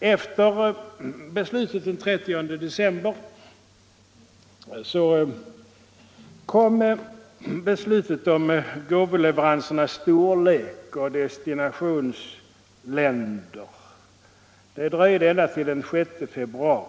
Efter beslutet den 30 december dröjde det ända till den 6 februari, innan beslut fattades om destinationsländer och gåvoleveransernas storlek. Det senare beslutet skulle